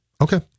Okay